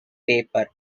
paper